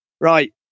Right